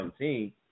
2017